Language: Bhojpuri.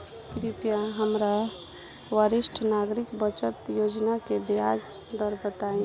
कृपया हमरा वरिष्ठ नागरिक बचत योजना के ब्याज दर बताई